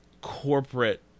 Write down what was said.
corporate